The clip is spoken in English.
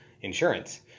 Insurance